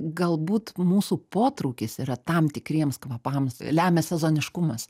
galbūt mūsų potraukis yra tam tikriems kvapams lemia sezoniškumas